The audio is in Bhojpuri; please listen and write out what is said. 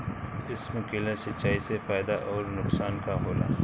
स्पिंकलर सिंचाई से फायदा अउर नुकसान का होला?